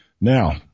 Now